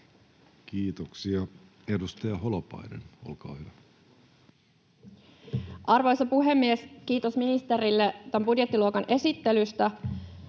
Kiitoksia. — Edustaja Holopainen, olkaa hyvä. Arvoisa puhemies! Kiitos ministerille tämän budjettiluokan esittelystä.